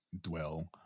dwell